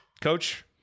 Coach